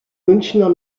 münchner